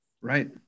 Right